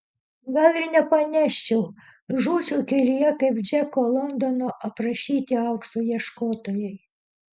gal ir nepaneščiau žūčiau kelyje kaip džeko londono aprašyti aukso ieškotojai